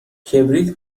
کبریت